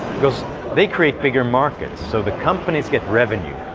because they create bigger markets, so the companies get revenue,